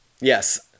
Yes